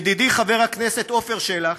ידידי חבר הכנסת עפר שלח